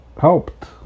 helped